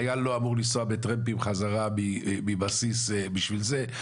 חייל לא אמור לנסוע בטרמפים חזרה מבסיס בשביל זה,